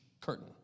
curtain